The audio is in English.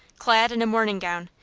clad in a morning gown,